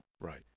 Right